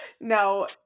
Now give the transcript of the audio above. No